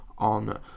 on